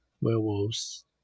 Werewolves